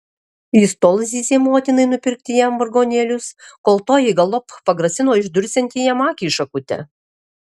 jis tol zyzė motinai nupirkti jam vargonėlius kol toji galop pagrasino išdursianti jam akį šakute